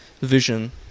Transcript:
vision